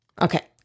Okay